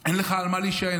אין לך על מה להישען.